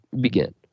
begin